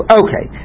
okay